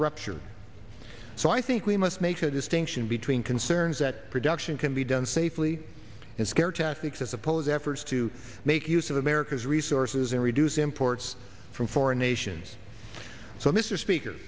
rupture so i think we must make a distinction between concerns that production can be done safely and scare tactics as opposed efforts to make use of america's resources and reduce imports from foreign nations so mr speaker